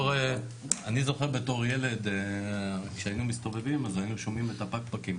אני זוכר בתור ילד כשהיינו מסתובבים אז היינו שומעים את הפקפקים,